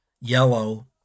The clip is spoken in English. Yellow